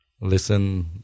listen